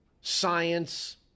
science